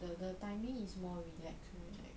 the the timing is more relaxed right like